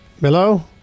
Hello